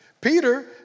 Peter